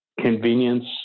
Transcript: convenience